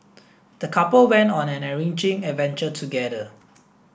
the couple went on an enriching adventure together